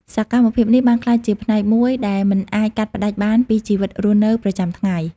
សកម្មភាពនេះបានក្លាយជាផ្នែកមួយដែលមិនអាចកាត់ផ្ដាច់បានពីជីវិតរស់នៅប្រចាំថ្ងៃ។